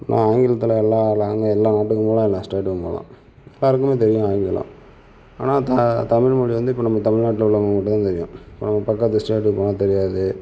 ஆனால் ஆங்கிலத்தில் எல்லா நாட்டுக்கும் எல்லா ஸ்டேட்டுக்கும் போகலாம் எல்லாருக்குமே தெரியும் ஆங்கிலம் ஆனால் த தமிழ் மொழி வந்து இப்போ நம்ப தமிழ் நாட்டில் உள்ளவங்களுக்கு மட்டுந்தான் தெரியும் இங்கே பக்கத்து ஸ்டேட்டுக்குலாம் தெரியாது